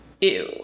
Ew